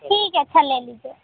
ठीक है अच्छा ले लीजिए